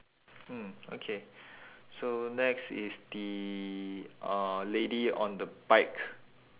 mm okay so next is the uh lady on the bike